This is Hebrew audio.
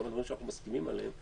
גם על דברים שאנחנו מסכימים עליהם,